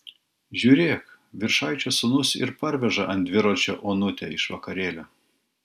žiūrėk viršaičio sūnus ir parveža ant dviračio onutę iš vakarėlio